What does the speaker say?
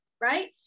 right